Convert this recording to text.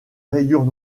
rayures